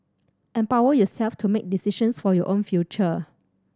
empower yourself to make decisions for your own future